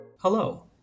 Hello